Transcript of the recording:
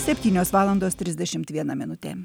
septynios valandos trisdešimt viena minutė